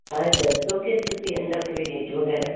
ਹਾਂ ਦੱਸੋਗੇ ਤੁਸੀਂ ਇਹਨਾਂ ਦਾ ਕੋਈ ਰੇਟ ਵਗੈਰਾ